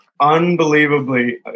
unbelievably